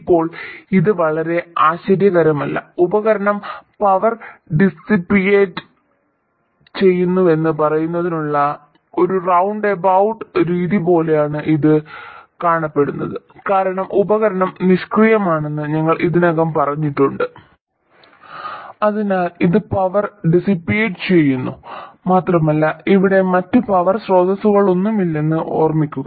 ഇപ്പോൾ ഇത് വളരെ ആശ്ചര്യകരമല്ല ഉപകരണം പവർ ഡിസ്സിപ്പേറ്റ് ചെയ്യുന്നുവെന്ന് പറയുന്നതിനുള്ള ഒരു റൌണ്ട് എബൌട്ട് രീതി പോലെയാണ് ഇത് കാണപ്പെടുന്നത് കാരണം ഉപകരണം നിഷ്ക്രിയമാണെന്ന് ഞങ്ങൾ ഇതിനകം പറഞ്ഞിട്ടുണ്ട് അതിനാൽ ഇത് പവർ ഡിസ്സിപേറ്റ് ചെയ്യുന്നു മാത്രമല്ല ഇവിടെ മറ്റ് പവർ സ്രോതസ്സുകളൊന്നുമില്ലെന്ന് ഓർമ്മിക്കുക